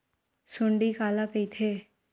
सुंडी काला कइथे?